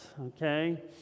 Okay